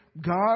God